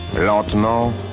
Lentement